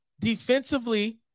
defensively